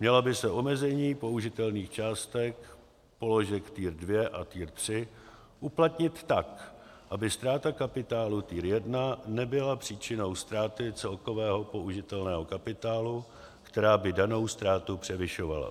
měla by se omezení v použitelných částech položek tier 2 a tier 3 uplatnit tak, aby ztráta kapitálu tier 1 nebyla příčinou ztráty celkového použitelného kapitálu, která by danou ztrátu převyšovala.